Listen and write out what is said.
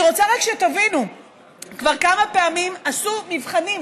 אני רוצה רק שתבינו כבר כמה פעמים עשו מבחנים,